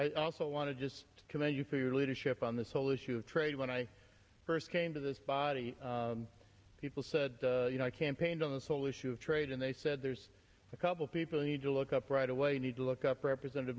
i also want to just commend you for your leadership on this whole issue of trade when i first came this body people said you know i campaigned on this whole issue of trade and they said there's a couple people who need to look up right away need to look up represent